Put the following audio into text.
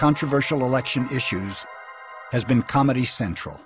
controversial election issues has been comedy central